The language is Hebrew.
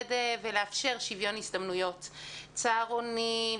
לעודד ולאפשר שוויון הזדמנויות צהרונים,